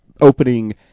opening